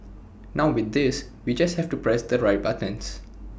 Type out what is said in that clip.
now with this we just have to press the right buttons